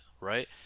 right